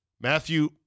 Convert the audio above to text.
Matthew